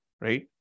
right